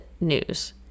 news